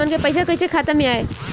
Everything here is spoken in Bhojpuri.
हमन के पईसा कइसे खाता में आय?